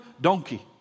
donkey